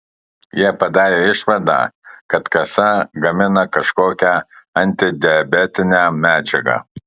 jie padarė išvadą kad kasa gamina kažkokią antidiabetinę medžiagą